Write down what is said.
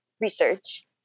research